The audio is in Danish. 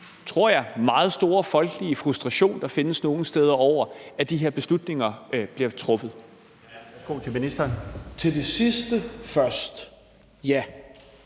tror jeg, meget store folkelige frustration, der findes nogle steder, over, at de her beslutninger bliver truffet?